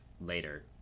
later